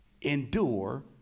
endure